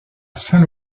saint